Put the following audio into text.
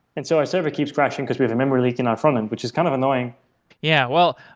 and so our server keeps crashing, because we have a memory leak in our frontend, which is kind of annoying yeah. well,